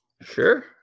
Sure